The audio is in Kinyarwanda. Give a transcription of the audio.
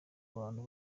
abantu